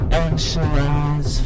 anxious